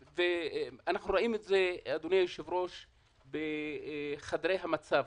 ראינו את זה בחדרי המצב,